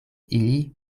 ili